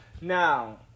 now